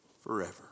forever